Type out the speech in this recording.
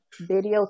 video